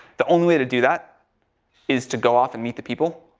the only way to do that is to go off and meet the people.